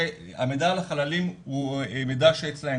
הרי המידע על החללים הוא מידע שאצלם.